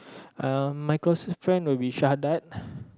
um my closest friend will be Shahdad